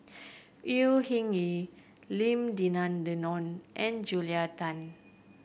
Au Hing Yee Lim Denan Denon and Julia Tan